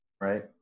Right